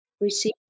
receive